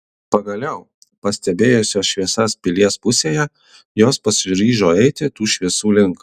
pagaliau pastebėjusios šviesas pilies pusėje jos pasiryžo eiti tų šviesų link